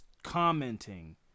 commenting